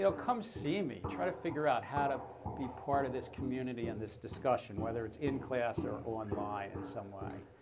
you know come see me. try to figure out how to be part of this community and this discussion, whether it's in class or online in some way.